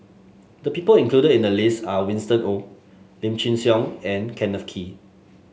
the people include in the list are Winston Oh Lim Chin Siong and Kenneth Kee